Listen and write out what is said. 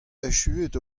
echuet